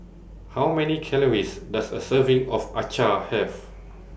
How Many Calories Does A Serving of Acar Have